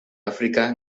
áfrica